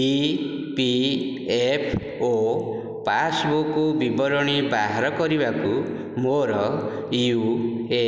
ଇ P F O passbook ବିବରଣୀ ବାହାର କରିବାକୁ ମୋର ୟୁ ଏ